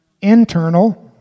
Internal